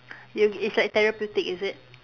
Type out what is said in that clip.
you it's like therapeutic is it